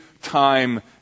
time